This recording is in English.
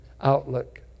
outlook